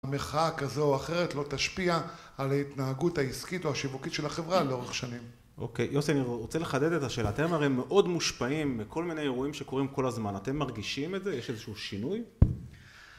המחאה כזו או אחרת לא תשפיע על ההתנהגות העסקית או השיווקית של החברה לאורך שנים. אוקיי, יוסי, אני רוצה לחדד את השאלה. אתם הרי מאוד מושפעים מכל מיני אירועים שקורים כל הזמן. אתם מרגישים את זה? יש איזשהו שינוי?